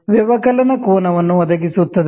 subtraction ಕೋನವನ್ನು ಒದಗಿಸುತ್ತದೆ